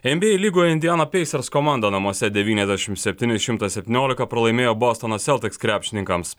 en by ei lygoje indiana peisers komanda namuose devyniasdešim septyni šimtas septyniolika pralaimėjo bostono seltiks krepšininkams